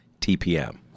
TPM